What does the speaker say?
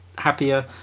happier